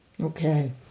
Okay